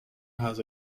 has